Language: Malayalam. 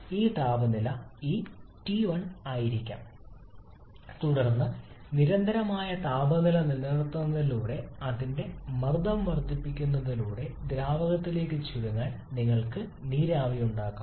ഈ താപനില ഈ ടി 1 ആയിരിക്കാം തുടർന്ന് നിരന്തരമായ താപനില നിലനിർത്തുന്നതിലൂടെ അതിന്റെ മർദ്ദം വർദ്ധിപ്പിക്കുന്നതിലൂടെ ദ്രാവകത്തിലേക്ക് ചുരുങ്ങാൻ നിങ്ങൾക്ക് നീരാവി ഉണ്ടാക്കാം